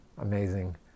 amazing